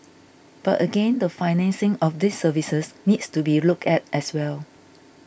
but again the financing of these services needs to be looked at as well